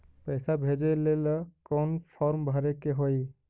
पैसा भेजे लेल कौन फार्म भरे के होई?